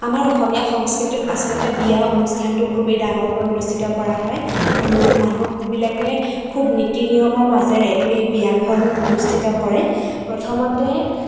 আমাৰ অসমীয়া সংস্কৃতিটো আচলতে বিয়া অনুষ্ঠানটো খুবেই ডাঙৰকৈ অনুষ্ঠিত কৰা হয় আৰু মানুহবিলাকে খুব নীতি নিয়মৰ মাজেৰেই বিয়াখন অনুষ্ঠিত কৰে প্ৰথমতে